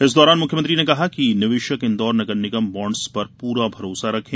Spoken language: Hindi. इस दौरान मुख्यमंत्री ने कहा कि निवेशक इन्दौर नगरनिगम बॉण्ड्स पर पूरा भरोसा रखें